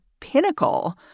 pinnacle